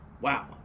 wow